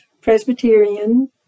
Presbyterian